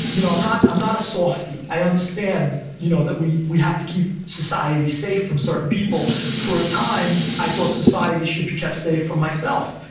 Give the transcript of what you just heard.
you know i'm not i'm not a softie. i understand you know that we we have to keep society safe from certain people. for a time, i thought society should be kept safe from myself.